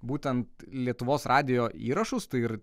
būtent lietuvos radijo įrašus tai ir